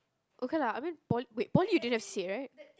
okay lah I mean poly wait poly you didn't have C_A right